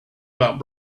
about